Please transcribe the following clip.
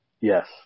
Yes